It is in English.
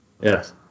yes